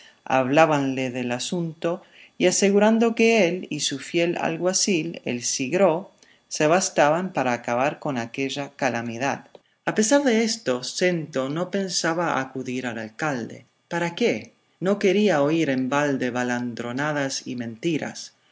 electoral hablábanle del asunto y asegurando que él y su fiel alguacil el sigró se bastaban para acabar con aquella calamidad a pesar de esto snto no pensaba acudir al alcalde para qué no quería oír en balde baladronadas y mentiras